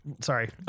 Sorry